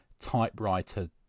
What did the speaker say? typewriter